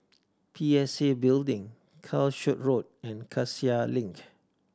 P S A Building Calshot Road and Cassia Link